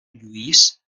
lluís